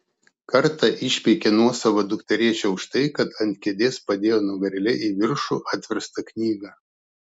kartą išpeikė nuosavą dukterėčią už tai kad ant kėdės padėjo nugarėle į viršų atverstą knygą